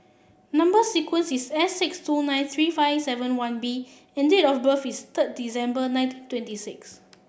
number sequence is S six two nine three five seven one B and date of birth is third December nineteen twenty six